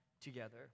together